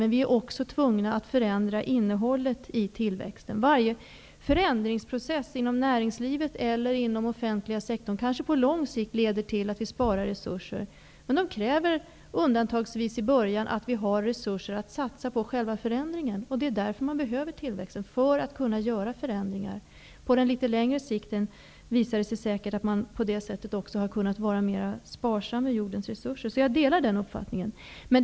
Men vi är också tvungna att förändra innehållet i tillväxten. Varje förändringsprocess inom näringslivet eller inom den offentliga sektorn kanske på lång sikt leder till att vi sparar resurser, men det kräver undantagsvis, i början, att vi har resurser att satsa på själva förändringen. Därför behövs tillväxten, för att vi skall göra förändringar. På längre sikt visar det sig säkert att man på det sättet har kunnat vara mer sparsam med jordens resurser. Jag delar den uppfattningen.